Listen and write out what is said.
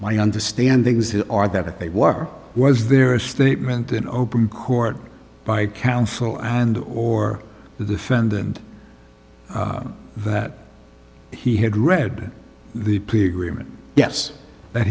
my understanding is his are that they were was there a statement in open court by counsel and or the defendant that he had read the plea agreement yes that